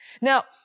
Now